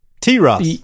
t-ross